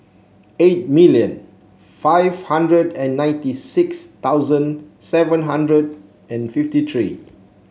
eight million five hundred and ninety six thousand seven hundred and fifty three